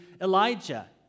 Elijah